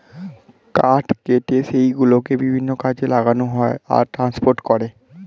কাঠ কেটে সেই গুলোকে বিভিন্ন কাজে লাগানো হয় আর ট্রান্সপোর্ট করে